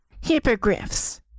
Hippogriffs